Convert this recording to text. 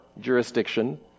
jurisdiction